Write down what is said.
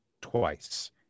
twice